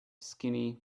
skinny